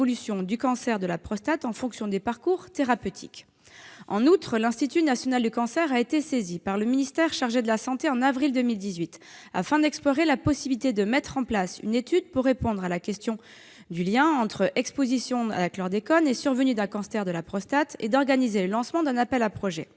du cancer de la prostate en fonction des parcours thérapeutiques. En outre, l'Institut national du cancer a été saisi par le ministère chargé de la santé en avril 2018, en vue d'explorer la possibilité de mettre en place une étude pour répondre à la question du lien entre exposition à la chlordécone et survenue d'un cancer de la prostate, et d'organiser le lancement d'un appel à projets.